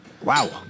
wow